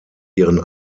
ihren